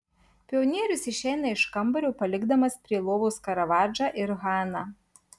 pionierius išeina iš kambario palikdamas prie lovos karavadžą ir haną